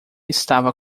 estava